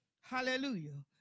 Hallelujah